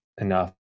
enough